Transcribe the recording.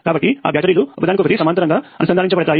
కాబట్టి ఆ బ్యాటరీలు ఒకదానికొకటి సమాంతరంగా అనుసంధానించబడతాయి